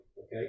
Okay